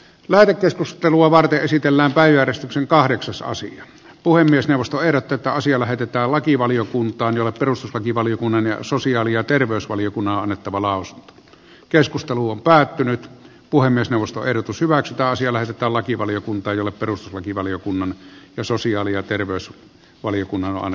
lähetekeskustelua varten esitellään pääjäristyksen kahdeksasosia puhemiesneuvosto eroteta asia lähetetään lakivaliokuntaan ovat perustuslakivaliokunnan ja sosiaali ja terveysvaliokunnan että valaos keskustelu on päättynyt puhemiesneuvosto erot pysyvät aasialaisetta lakivaliokunta jolle perustuslakivaliokunnan ja sosiaali ja terveys valiokunnan